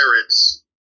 pirates